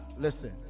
listen